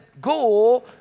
Go